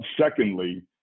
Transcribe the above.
Secondly